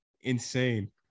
Insane